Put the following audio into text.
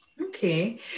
Okay